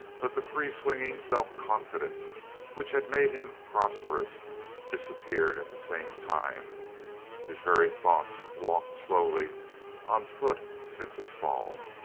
but the freeswinging self-confidence which had made him prosperous disappeared at the same time his very thoughts walked slowly on foot since his fall.